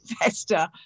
investor